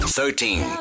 Thirteen